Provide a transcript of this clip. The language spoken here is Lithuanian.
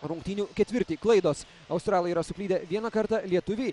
rungtynių ketvirtį klaidos australai yra suklydę vieną kartą lietuviai